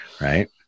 right